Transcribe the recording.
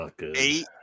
eight